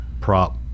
prop